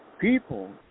people